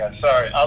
Sorry